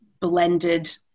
blended